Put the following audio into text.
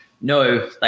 no